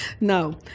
No